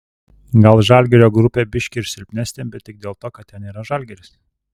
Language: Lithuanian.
gal žalgirio grupė biški ir silpnesnė bet tik dėl to kad ten yra žalgiris